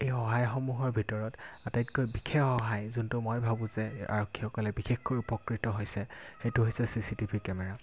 এই সহায়সমূহৰ ভিতৰত আটাইতকৈ বিশেষ সহায় যোনটো মই ভাবোঁ যে আৰক্ষীসকলে বিশেষকৈ উপকৃত হৈছে সেইটো হৈছে চি চি টিভি কেমেৰা